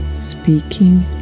speaking